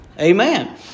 Amen